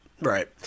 Right